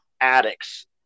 addicts